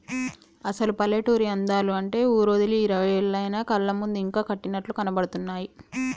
అసలు పల్లెటూరి అందాలు అంటే ఊరోదిలి ఇరవై ఏళ్లయినా కళ్ళ ముందు ఇంకా కట్టినట్లు కనబడుతున్నాయి